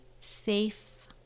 safe